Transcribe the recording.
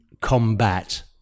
combat